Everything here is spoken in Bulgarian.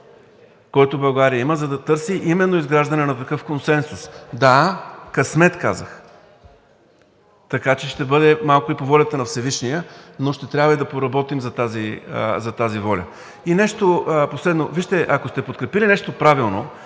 който България има, за да търси именно изграждане на такъв консенсус. (Реплики.) Да, късмет казах. Така че ще бъде малко и по волята на Всевишния, но ще трябва и да поработим за тази воля. И нещо последно, вижте, ако сте подкрепили нещо правилно,